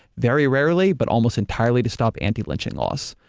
very rarely, but almost entirely to stop anti-lynching laws,